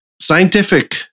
scientific